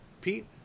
Pete